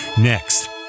Next